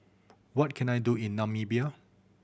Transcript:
what can I do in Namibia